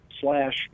slash